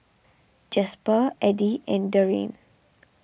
Jasper Edie and Darien